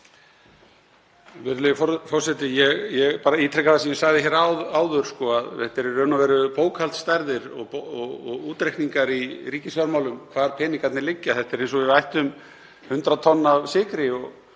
Virðulegi forseti. Ég bara ítreka það sem ég sagði áður, að þetta eru í raun og veru bókhaldsstærðir og útreikningar í ríkisfjármálum, hvar peningarnir liggja. Þetta er eins og við ættum 100 tonn af sykri og